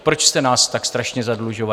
Proč jste nás tak strašně zadlužovali?